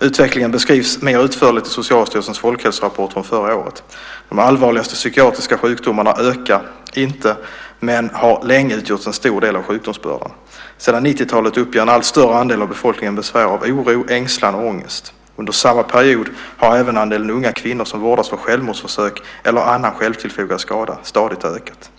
Utvecklingen beskrivs mer utförligt i Socialstyrelsens folkhälsorapport från förra året. De allvarligaste psykiatriska sjukdomarna ökar inte men har länge utgjort en stor del av sjukdomsbördan. Sedan 90-talet uppger en allt större andel av befolkningen besvär av oro, ängslan eller ångest. Under samma period har även andelen unga kvinnor som vårdas för självmordsförsök eller annan självtillfogad skada stadigt ökat.